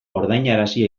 ordainarazi